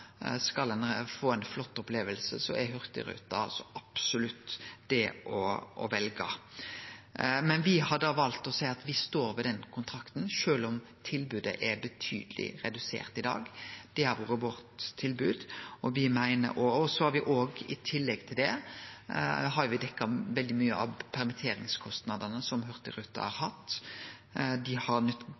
skal ein feriere, skal ein få ei flott oppleving, er hurtigruta så absolutt noko å velje. Me har da valt å seie at me står ved kontrakten sjølv om tilbodet er betydeleg redusert i dag. Det har vore vårt tilbod. I tillegg til det har me dekt veldig mykje av permitteringskostnadene som Hurtigruten har hatt. Dei har nytt